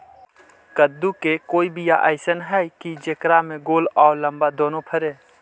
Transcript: कददु के कोइ बियाह अइसन है कि जेकरा में गोल औ लमबा दोनो फरे?